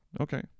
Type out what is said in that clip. okay